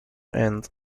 end